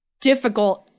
difficult